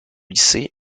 lycée